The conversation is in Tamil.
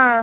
ஆ